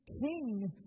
king